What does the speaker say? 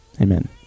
amen